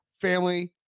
family